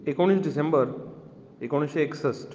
एकोणीस डिसेंबर एकोणिसशें एकसस्ट